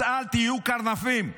אז אל תהיו קרנפים.